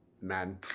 man